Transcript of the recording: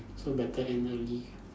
so better end early